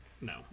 No